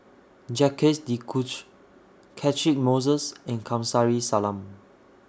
Jacques De Coutre Catchick Moses and Kamsari Salam